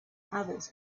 others